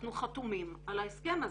אנחנו חתומים על ההסכם הזה.